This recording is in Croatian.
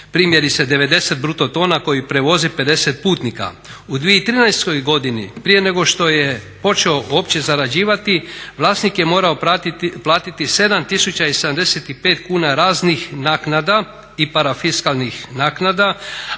primjerice 90 bruto tona koji prevozi 50 putnika. U 2013. godini prije nego što je počeo uopće zarađivati vlasnik je morao platiti 7075 kuna raznih naknada i parafiskalnih naknada.